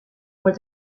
where